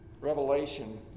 Revelation